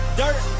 dirt